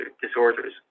disorders